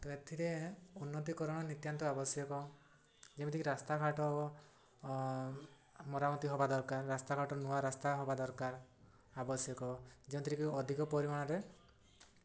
ତ ଏଥିରେ ଉନ୍ନତିକରଣ ନିତ୍ୟାନ୍ତ ଆବଶ୍ୟକ ଯେମିତିକି ରାସ୍ତାଘାଟ ମରାମତି ହବା ଦରକାର ରାସ୍ତାଘାଟ ନୂଆ ରାସ୍ତା ହବା ଦରକାର ଆବଶ୍ୟକ ଯେମିତିକି ଅଧିକ ପରିମାଣରେ